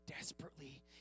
desperately